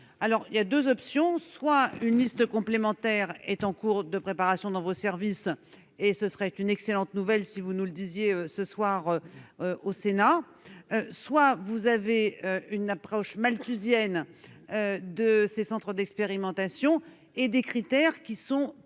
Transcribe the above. alors il y a 2 options : soit une liste complémentaire est en cours de préparation dans vos services et ce serait une excellente nouvelle, si vous nous le disiez ce soir au Sénat, soit vous avez une approche malthusienne de ces centres d'expérimentation et des critères qui sont pas